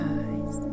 eyes